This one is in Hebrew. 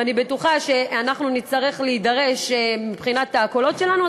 ואני בטוחה שאנחנו נצטרך להידרש מבחינת הקולות שלנו,